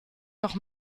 noch